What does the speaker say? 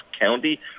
County